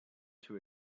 too